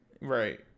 Right